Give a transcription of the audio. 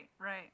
right